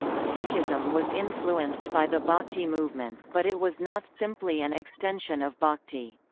sikhism was influenced by the bhakti movement, but it was not simply an extension of bhakti.